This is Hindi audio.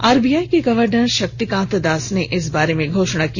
आरबीआई के गर्वनर शक्तिकांत दास ने इस बारे में घोषणा की